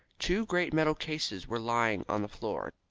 two great metal cases were lying on the floor.